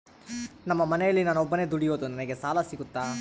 ನಮ್ಮ ಮನೆಯಲ್ಲಿ ನಾನು ಒಬ್ಬನೇ ದುಡಿಯೋದು ನನಗೆ ಸಾಲ ಸಿಗುತ್ತಾ?